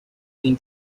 been